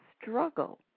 struggle